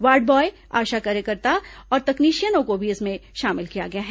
ward boy ASHA कार्यकर्ता और तकनीशियनों को भी इसमें शामिल किया गया है